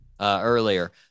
earlier